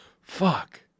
Fuck